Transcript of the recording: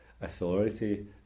authority